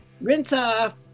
rinse-off